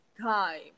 time